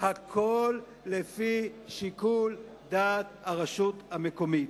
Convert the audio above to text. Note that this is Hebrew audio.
הכול לפי שיקול דעת הרשות המקומית.